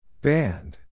Band